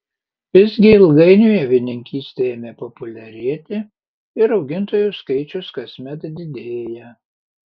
visgi ilgainiui avininkystė ėmė populiarėti ir augintojų skaičius kasmet didėja